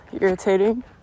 irritating